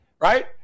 right